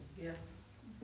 Yes